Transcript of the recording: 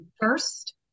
first